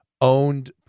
owned